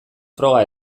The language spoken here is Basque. froga